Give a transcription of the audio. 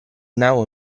now